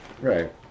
Right